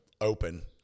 open